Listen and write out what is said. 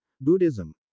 Buddhism